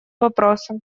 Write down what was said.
вопроса